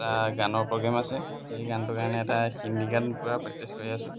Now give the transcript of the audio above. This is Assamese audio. এটা গানৰ প্ৰগ্ৰেম আছে সেই গানটোৰ কাৰণে এটা হিন্দী গান পূৰা প্ৰেক্টিছ কৰি আছোঁ